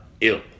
ill